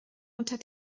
unter